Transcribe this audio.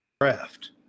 draft